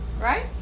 right